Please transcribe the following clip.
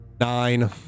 Nine